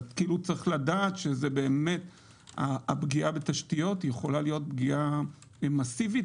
צריך לדעת שהפגיעה בתשתיות יכולה להיות פגיעה מסיבית,